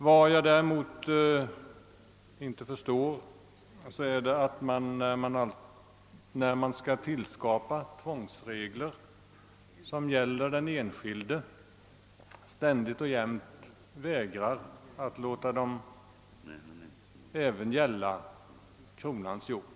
Vad jag däremot inte förstår är att man, när man skall tillskapa tvångsregler som gäller den enskilde, ständigt och jämt vägrar att låta dem gälla även kronans jord.